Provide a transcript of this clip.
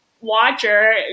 watcher